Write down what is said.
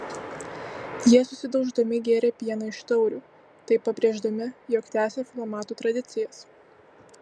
jie susidauždami gėrė pieną iš taurių taip pabrėždami jog tęsia filomatų tradicijas